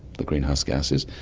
the greenhouse gases,